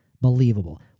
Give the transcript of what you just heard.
believable